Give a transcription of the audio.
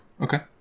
Okay